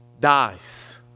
dies